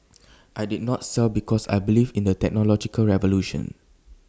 I did not sell because I believe in the technological revolution